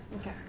Okay